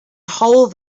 hole